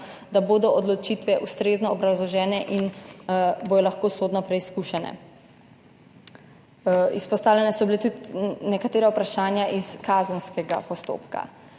da bodo odločitve ustrezno obrazložene in bodo lahko sodno preizkušene. Izpostavljena so bila tudi nekatera vprašanja iz kazenskega postopka.